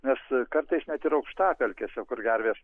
nes kartais net ir aukštapelkėse kur gervės